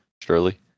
surely